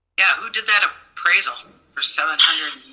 yeah, who did that appraisal for so ah